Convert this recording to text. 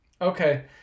okay